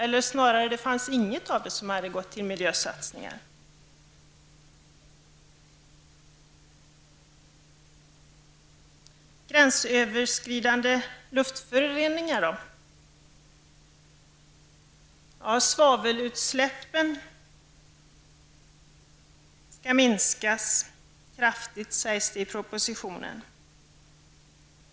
Beträffande gränsöverskridande luftföroreningar vill jag säga följande: Svavelutsläppen skall minskas kraftigt, sägs det i propositionen.